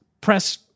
press